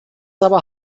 aber